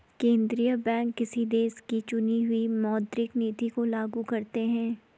केंद्रीय बैंक किसी देश की चुनी हुई मौद्रिक नीति को लागू करते हैं